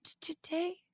today